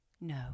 No